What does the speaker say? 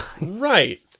Right